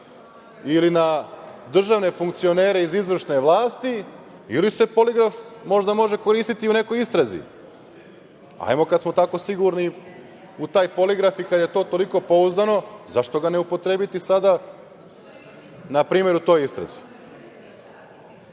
ili na državne funkcionere iz izvršne vlasti, ili se poligraf možda može koristiti i u nekoj istrazi? Ajmo, kada smo tako sigurni u taj poligraf i kada je to toliko pouzdano, zašto ga ne upotrebiti sada npr. u toj istrazi? To